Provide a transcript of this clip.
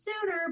sooner